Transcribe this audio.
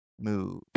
move